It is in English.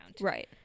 right